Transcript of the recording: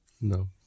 No